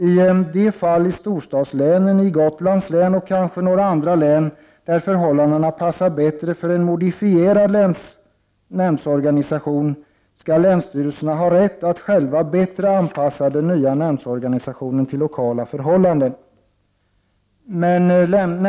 I de fall — i storstadslänen, i Gotlands län och kanske i några andra län — där förhållandena passar bättre för en modifierad nämndorganisation skall länsstyrelserna ha rätt att själva bättre anpassa den nya nämndorganisationen till lokala förhållanden.